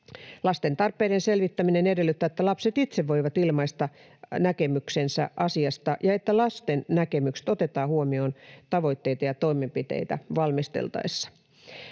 Lasten tarpeiden selvittäminen edellyttää, että lapset itse voivat ilmaista näkemyksensä asiasta ja että lasten näkemykset otetaan huomioon tavoitteita ja toimenpiteitä valmisteltaessa.